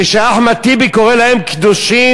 אחמד טיבי קורא להם "קדושים",